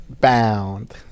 Bound